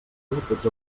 tots